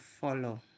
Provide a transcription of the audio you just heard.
follow